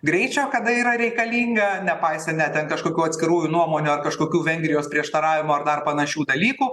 greičio kada yra reikalinga nepaisė net ten kažkokių atskirųjų nuomonių ar kažkokių vengrijos prieštaravimų ar dar panašių dalykų